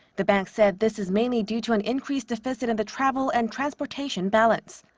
the bank said this is mainly due to an increased deficit in the travel and transportation balance.